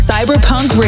Cyberpunk